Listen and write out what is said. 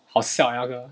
好笑 leh 那个